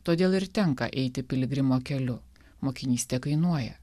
todėl ir tenka eiti piligrimo keliu mokinystė kainuoja